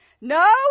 No